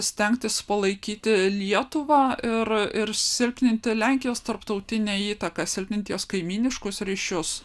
stengtis palaikyti lietuvą ir ir silpninti lenkijos tarptautinę įtaką silpninti jos kaimyniškus ryšius